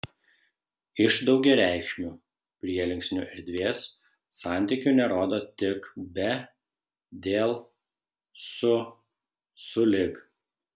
iš daugiareikšmių prielinksnių erdvės santykių nerodo tik be dėl su sulig